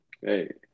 Hey